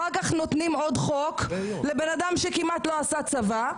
אחר כך נותנים עוד חוק לבן אדם שכמעט לא עשה צבא,